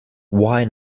why